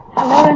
Hello